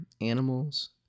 animals